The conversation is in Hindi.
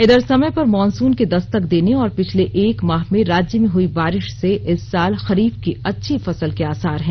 इधर समय पर मॉनसून के दस्तक देने और पिछले एक माह में राज्य में हुई बारिश से इस साल खरीफ की अच्छी फसल के आसार हैं